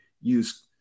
use